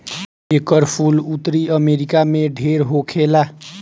एकर फूल उत्तरी अमेरिका में ढेर होखेला